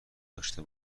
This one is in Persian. داشته